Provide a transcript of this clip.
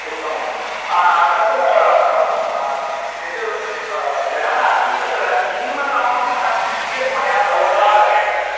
उत्तमं तत्र यद् गणना अस्ति तत्र न्यूनतमं धनं कियत् मया सर्वदा रक्षणीयम्